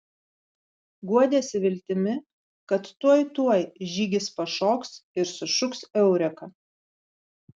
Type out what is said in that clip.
guodėsi viltimi kad tuoj tuoj žygis pašoks ir sušuks eureka